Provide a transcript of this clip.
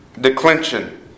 declension